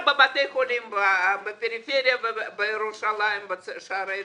בבתי החולים בפריפריה ובירושלים בשערי צדק.